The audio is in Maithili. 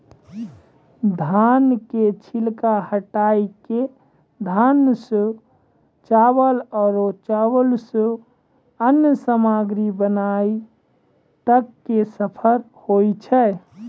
धान के छिलका हटाय कॅ धान सॅ चावल आरो चावल सॅ अन्य सामग्री बनाय तक के सफर होय छै